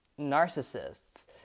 narcissists